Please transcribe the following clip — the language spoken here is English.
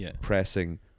pressing